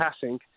passing